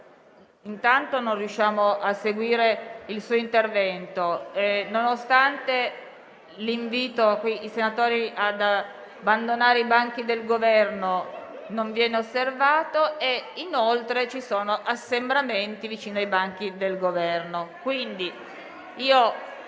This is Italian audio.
Intanto, non riusciamo a seguire il suo intervento. Nonostante l'invito ai senatori ad abbandonare i banchi del Governo, questo non viene osservato. Inoltre, ci sono assembramenti sempre vicino ai banchi del Governo.